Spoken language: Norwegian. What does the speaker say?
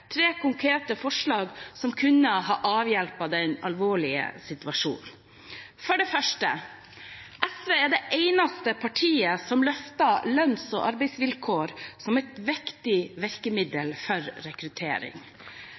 tre konkrete forslag som kunne ha avhjulpet den alvorlige situasjonen. For det første: SV er det eneste partiet som løfter lønns- og arbeidsvilkår som et viktig virkemiddel for rekruttering.